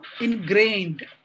ingrained